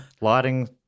lighting